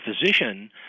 physician